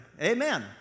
Amen